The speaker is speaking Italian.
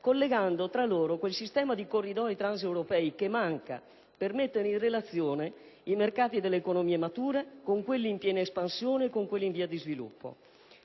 collegando tra loro quel sistema di corridoi transeuropei che manca, per mettere in relazione i mercati delle economie mature con quelli in piena espansione e con quelli in via di sviluppo.